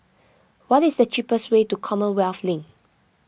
what is the cheapest way to Commonwealth Link